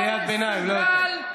קריאת ביניים, לא יותר.